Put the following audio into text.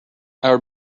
our